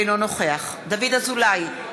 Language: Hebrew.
אינו נוכח דוד אזולאי,